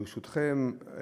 ברשותכם,